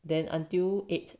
then until eight